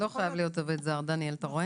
הוא לא חייב להיות עובד זר, דניאל, אתה רואה?